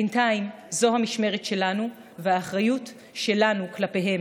בינתיים זו המשמרת שלנו והאחריות שלנו כלפיהם,